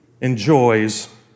enjoys